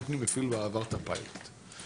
במהלך השנים עברה שינויים.